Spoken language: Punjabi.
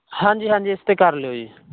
ਹਾਂਜੀ ਹਾਂਜੀ ਇਸ 'ਤੇ ਕਰ ਲਿਓ ਜੀ